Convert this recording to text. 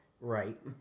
Right